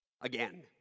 again